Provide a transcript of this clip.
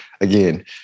Again